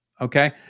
okay